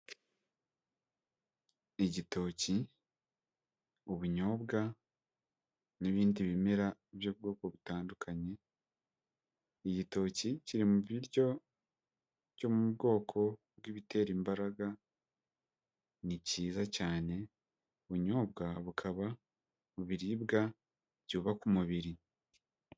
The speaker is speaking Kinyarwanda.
Igitoki, ubunyobwa n'ibindi bimera by'ubwoko butandukanye, igitoki kiri mu biryo byo mu bwoko bw'ibitera imbaraga ni cyiza cyane, ubunyobwa bukaba mu biribwa byubaka umubiri.